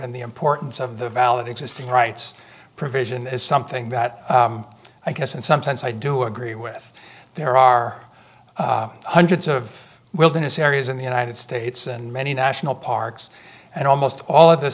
and the importance of the valid existing rights provision is something that i guess and sometimes i do agree with there are hundreds of wilderness areas in the united states and many national parks and almost all of the